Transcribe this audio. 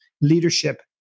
leadership